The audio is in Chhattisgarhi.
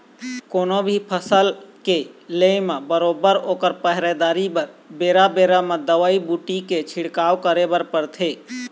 कोनो भी फसल के ले म बरोबर ओखर पइदावारी बर बेरा बेरा म दवई बूटी के छिड़काव करे बर परथे